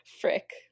Frick